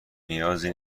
نیازی